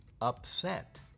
upset